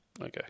Okay